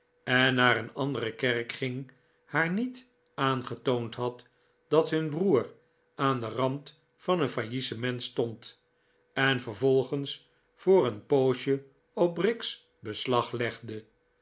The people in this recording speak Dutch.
en naar een andere kerk ging haar niet aangetoond had dat hun broer aan den rand van een faillissement stond en vervolgens voor een poosje op briggs beslag legde